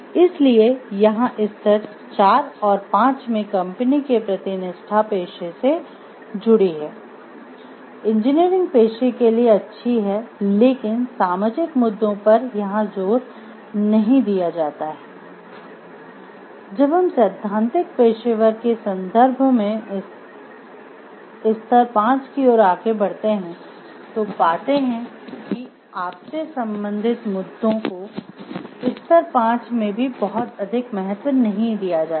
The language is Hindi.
इसलिए यहां स्तर 4 और 5 में कंपनी के प्रति निष्ठा पेशे से जुड़ी है इंजीनियरिंग पेशे के लिए अच्छी है लेकिन सामाजिक मुद्दों पर यहां जोर नहीं दिया जाता है